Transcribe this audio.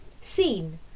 seen